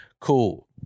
Cool